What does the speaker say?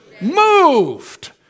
Moved